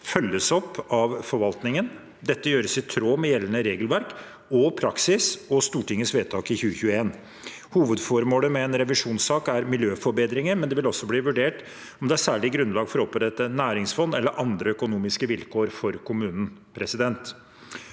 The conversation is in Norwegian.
følges opp av forvaltningen. Dette gjøres i tråd med gjeldende regelverk og praksis og Stortingets vedtak i 2021. Hovedformålet med en revisjonssak er miljøforbedringer, men det vil også bli vurdert om det er særlig grunnlag for å opprette et næringsfond eller andre økonomiske vilkår for kommunen.